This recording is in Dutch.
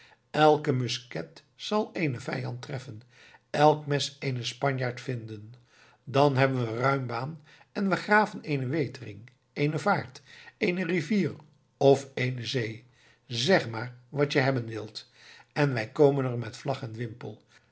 elk musket zal eenen vijand treffen elk mes eenen spanjaard vinden dan hebben we ruim baan en we graven eene wetering eene vaart eene rivier of eene zee zeg maar wat je hebben wilt en wij komen er met vlag